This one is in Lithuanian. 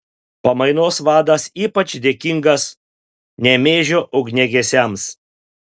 pamainos vadas ypač dėkingas nemėžio ugniagesiams